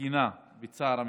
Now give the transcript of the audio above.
הכנה בצער המשפחות.